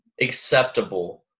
acceptable